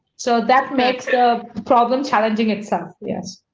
so, that makes the problem challenging itself. yes.